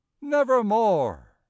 nevermore